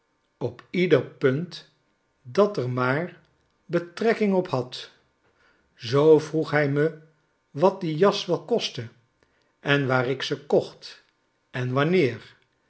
op ieder punt dat er maar betrekking op had zoo vroeg hij me wat die jas wel kostte en waar ik ze kocht en wanneer